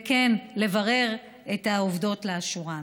וכן לברר את העובדות לאשורן.